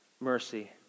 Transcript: Mercy